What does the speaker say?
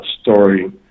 story